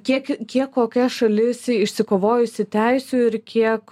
kiek kiek kokia šalis išsikovojusi teisių ir kiek